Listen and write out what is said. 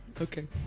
Okay